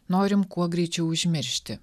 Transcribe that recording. norim kuo greičiau užmiršti